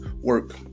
Work